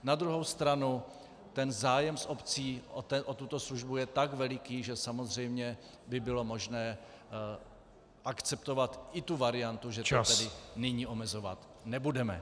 Na druhou stranu zájem z obcí o tuto službu je tak veliký, že samozřejmě by bylo možné akceptovat i tu variantu, že to tedy nyní omezovat nebudeme.